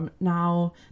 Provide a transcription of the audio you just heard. now